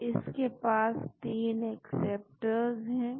तो इसके पास तीन एक्सेप्टर्स है